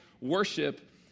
worship